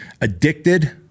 addicted